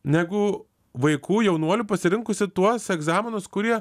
negu vaikų jaunuolių pasirinkusių tuos egzaminus kurie